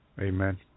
Amen